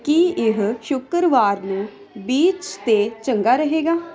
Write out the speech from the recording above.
ਕੀ ਇਹ ਸ਼ੁੱਕਰਵਾਰ ਨੂੰ ਬੀਚ 'ਤੇ ਚੰਗਾ ਰਹੇਗਾ